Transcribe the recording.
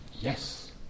Yes